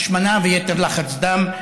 השמנה ויתר לחץ דם.